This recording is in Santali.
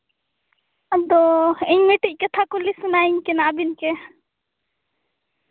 ᱟᱫᱚ ᱤᱧ ᱢᱤᱫᱴᱤᱡ ᱠᱟᱛᱷᱟ ᱠᱩᱞᱤ ᱥᱟᱱᱟᱭᱤᱧ ᱠᱟᱱᱟ ᱟᱵᱤᱱ ᱪᱮ